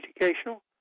educational